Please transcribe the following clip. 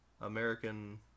American